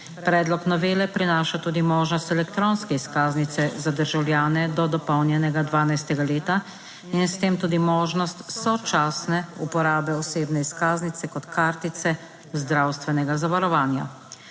Predlog novele prinaša tudi možnost elektronske izkaznice za državljane do dopolnjenega 12. leta in s tem tudi možnost sočasne uporabe osebne izkaznice kot kartice zdravstvenega zavarovanja.